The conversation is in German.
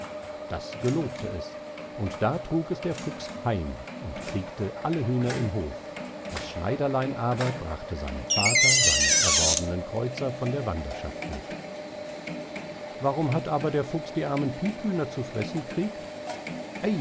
das gelobte es und da trug es der fuchs heim und kriegte alle hüner im hof das schneiderlein aber brachte seinem vater seinen erworbenen kreuzer von der wanderschaft mit warum hat aber der fuchs die armen piephüner zu fressen kriegt